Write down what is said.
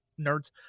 nerds